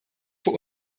vor